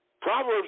Proverbs